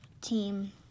team